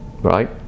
right